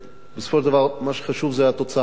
שבסופו של דבר מה שחשוב זה התוצאה הסופית